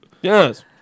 Yes